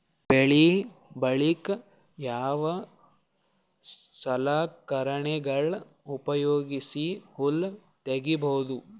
ಬೆಳಿ ಬಳಿಕ ಯಾವ ಸಲಕರಣೆಗಳ ಉಪಯೋಗಿಸಿ ಹುಲ್ಲ ತಗಿಬಹುದು?